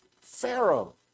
Pharaoh